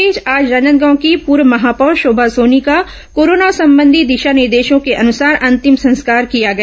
इस बीच आज राजनांदगांव की पूर्व महापौर शोभा सोनी का कोरोना संबंधी दिशा निर्देशों के अनुसार अंतिम संस्कार किया गया